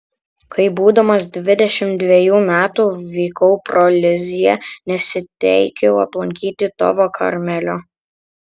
kai būdamas dvidešimt dvejų metų vykau pro lizjė nesiteikiau aplankyti tavo karmelio